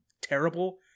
terrible